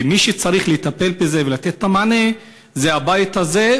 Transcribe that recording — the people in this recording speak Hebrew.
ומי שצריך לטפל בזה ולתת את המענה זה הבית הזה,